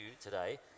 today